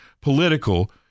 political